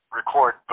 record